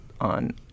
on